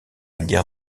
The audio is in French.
guerre